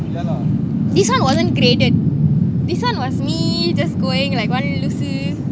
this one wasn't graded this one was me just going like one லூசு:luusu